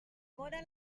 móra